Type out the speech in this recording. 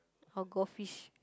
or goldfish